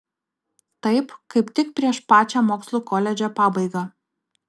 taip kaip tik prieš pačią mokslų koledže pabaigą